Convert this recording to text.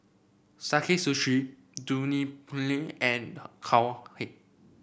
Sakae Sushi Dunlopillo and Cowhead